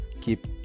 Keep